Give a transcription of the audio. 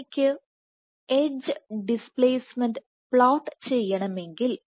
എനിക്ക് edge displacement plot ചെയ്യണമെങ്കിൽ